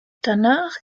danach